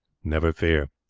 never fear.